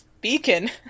beacon